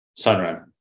Sunrun